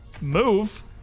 move